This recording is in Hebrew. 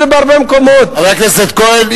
חבר הכנסת כהן,